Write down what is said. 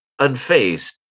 unfazed